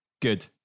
Good